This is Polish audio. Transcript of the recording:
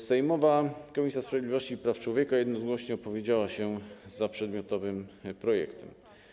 Sejmowa Komisja Sprawiedliwości i Praw Człowieka jednogłośnie opowiedziała się za przedmiotowym projektem.